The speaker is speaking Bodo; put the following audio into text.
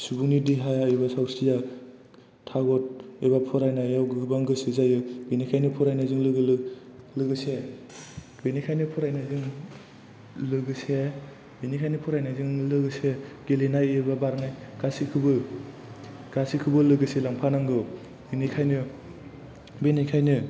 सुबुंनि देहाया एबा सावस्रिया थाग'द एबा फरायनायाव गोबां गोसो जायो बेनिखायनो फरायनायजों लोगोसे लोगोसे गेलेनाय एबा बारनाय गासैखौबो लोगोसे लांफानांगौ बेनिखायनो